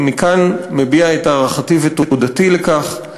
אני מכאן מביע את הערכתי ותודתי על כך.